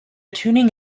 tuning